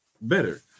better